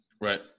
right